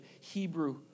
Hebrew